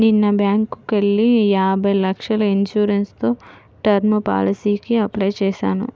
నిన్న బ్యేంకుకెళ్ళి యాభై లక్షల ఇన్సూరెన్స్ తో టర్మ్ పాలసీకి అప్లై చేశాను